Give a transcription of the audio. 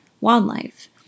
wildlife